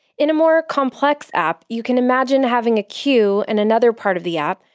in a more complex app you can imagine having a queue in another part of the app,